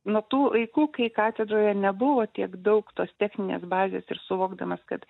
nuo tų laikų kai katedroje nebuvo tiek daug tos techninės bazės ir suvokdamas kad